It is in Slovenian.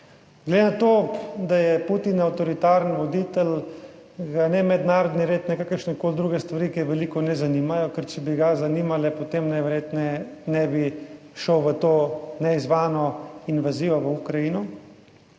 Glede na to, da je Putin avtoritarni voditelj, ga ne mednarodni red in kakršnekoli druge stvari kaj veliko ne zanimajo, ker če bi ga zanimale, potem najverjetneje ne bi šel v to neizzvano invazijo v Ukrajino.